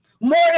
more